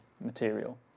material